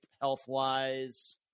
health-wise